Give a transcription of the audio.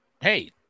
hey